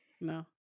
no